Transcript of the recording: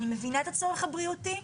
אני מבינה את הצורך הבריאותי,